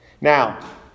Now